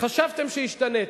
חשבתם שהשתניתם.